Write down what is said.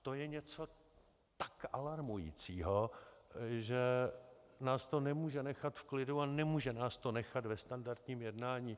To je něco tak alarmujícího, že nás to nemůže nechat v klidu a nemůže nás to nechat ve standardním jednání.